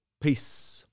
Peace